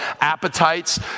appetites